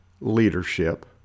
leadership